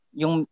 yung